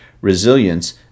resilience